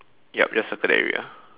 yup just circle that area